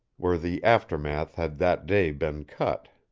where the aftermath had that day been cut.